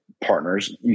partners